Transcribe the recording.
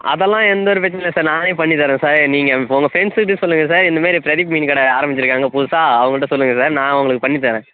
அதெல்லாம் எந்த ஒரு பிரச்சனையும் இல்லை சார் நானே பண்ணித்தரேன் சார் நீங்கள் உங்கள் ஃப்ரெண்ட்ஸுக்கிட்டையும் சொல்லுங்கள் சார் இந்தமாரி பிரதீப் மீன் கடை ஆரமிச்சிருக்காங்க புதுசாக அவங்கள்ட்ட சொல்லுங்கள் சார் நான் உங்களுக்கு பண்ணித்தரேன்